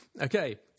Okay